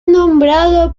nombrado